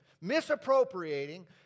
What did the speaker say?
misappropriating